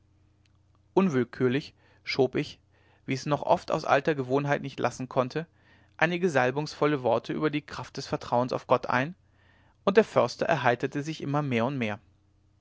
unwillkürlich schob ich wie ich es noch oft aus alter gewohnheit nicht lassen konnte einige salbungsvolle worte über die kraft des vertrauens auf gott ein und der förster erheiterte sich immer mehr und mehr